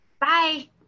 Bye